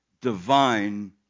divine